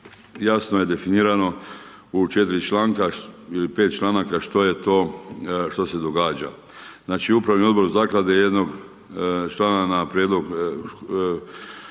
jasno je definirano u 4 članka ili 5 članaka što je to što se događa. Znači upravni odbor zaklade jednog člana na prijedlog